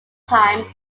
time